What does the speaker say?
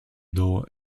door